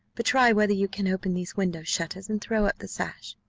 but try whether you can open these window-shutters, and throw up the sash.